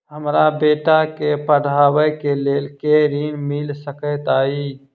हमरा बेटा केँ पढ़ाबै केँ लेल केँ ऋण मिल सकैत अई?